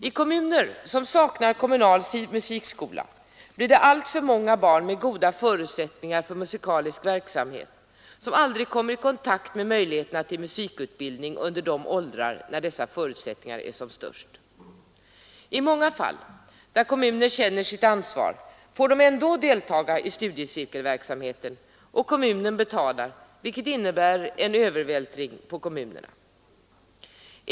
I kommuner som saknar kommunal musikskola blir det alltför många barn med goda förutsättningar för musikalisk verksamhet som aldrig kommer i kontakt med möjligheterna till musikutbildning under de åldrar när dessa förutsättningar är som störst. I många fall, där kommuner känner sitt ansvar, får de ändå delta i studiecirkelverksamheten och kommunen betalar, vilket innebär en övervältring på kommunerna.